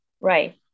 Right